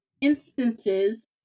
instances